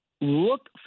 look